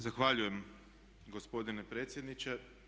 Zahvaljujem gospodine predsjedniče.